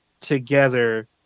together